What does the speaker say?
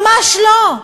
ממש לא.